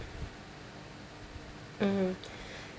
mmhmm